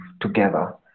together